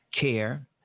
care